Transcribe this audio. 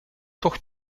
toch